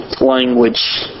language